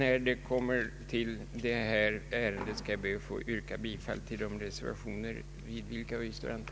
Jag ber att få yrka bifall till de reservationer vi antecknat oss för.